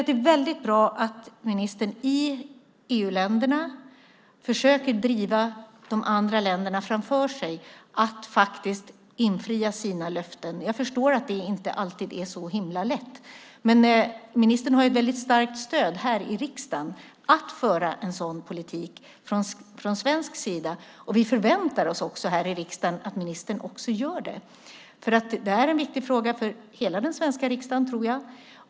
Det är väldigt bra att ministern i EU-länderna försöker driva de andra länderna framför sig och försöker få dem att infria sina löften. Jag förstår att det inte alltid är så himla lätt. Men ministern har väldigt starkt stöd här i riksdagen för att föra en sådan politik från svensk sida. Vi förväntar oss här i riksdagen att ministern också gör det. Det här är en viktig fråga för hela den svenska riksdagen, tror jag.